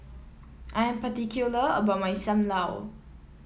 I'm particular about my Sam Lau